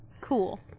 Cool